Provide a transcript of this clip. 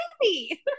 baby